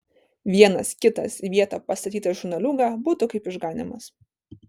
vienas kitas į vietą pastatytas žurnaliūga būtų kaip išganymas